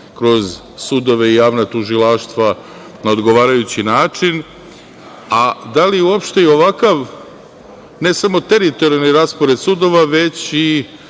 kroz sudove i javna tužilaštva na odgovarajući način. A da li uopšte ovakav ne samo teritorijalni raspored sudova, već i